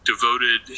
devoted